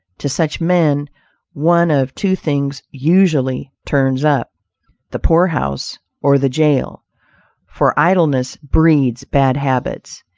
to such men one of two things usually turns up the poorhouse or the jail for idleness breeds bad habits,